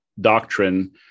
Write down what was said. doctrine